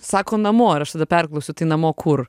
sako namo ir aš tada perklausiu tai namo kur